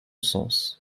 sens